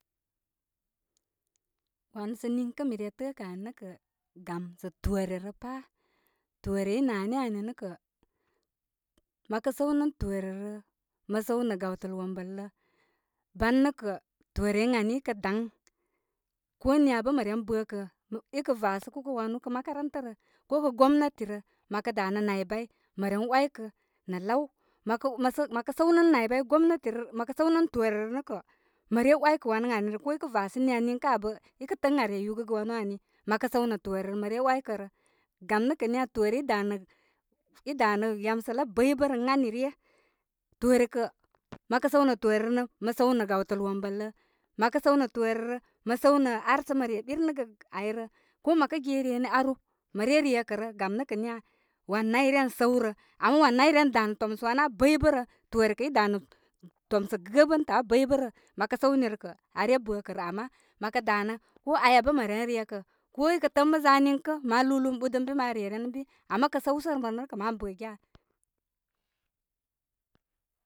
Wanu sə niŋkə' mi re tən kə ani nə' kə, gam sə toore rə pa' toore i nani ani nə' kə', mə kə səw nə' toore rə, mə səw nə' gawəl wombəl lə ban nə' kə' toore ən ani i kə daŋ, ko niya bə mə ren bə' kə' i vasə ko wanu, ko kə makaranta rə, ko kə gomnati rə mə kə danə naybay mə ren oykə nə' law, məkə mə kə səw nə' naybaŋ gomnati rə, mə kə səw nə toore rə nə' kə' mə re oykə wan ən ani rə ko i vasə niya niŋkə' abə i kə tə'ə' ən aa re yugəgə wanu ani mə kə səw nə' toore rə mə oykə rə gam nə' kə' niya, toore i dnə' i danə i danə' yamsal abəybəbə' rə ən ani ryə toore kə' məkə səw nə' toore rə mə səw nə' gawtəl wombəl lə mə səw mə re ɓir nəgə ayrə ko mə kə gye re ni aru, mə re' rekərə gam nə' kə' niya wan nayryə an səwrə ama wan nayryə an danə an sawrə ama wan nayryə an danə' tomsə wanə abaybə'bərə toore kə i danə' tomsə gə'bə'n tə abəybə'bə'rə mə kə səw ni rə kə' are bə kə rə ama mo kə danə ko aya bə' mə ren re kə ko i kə tə'ə' ə'n mi za niŋkə' ma lubarubarlubarn ɓudə bi ma re ren ən bi ama kə səwsəm re nə' kə' ma bə giya.